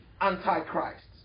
antichrists